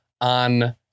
on